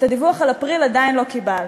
את הדיווח על אפריל עדיין לא קיבלנו.